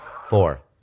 Four